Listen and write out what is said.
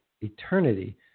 eternity